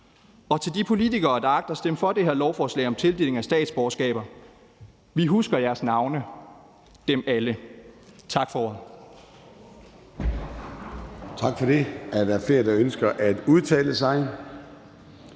Og til de politikere, der agter at stemme for det her lovforslag om tildeling af statsborgerskaber, vil vi sige: Vi husker jeres navne – dem alle. Tak for